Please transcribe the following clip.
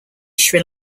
sri